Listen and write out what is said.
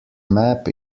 map